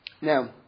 Now